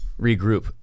regroup